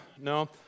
No